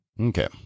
Okay